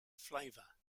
flavour